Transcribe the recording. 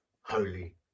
Holy